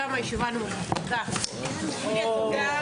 היו"ר מירב בן ארי (יו"ר ועדת ביטחון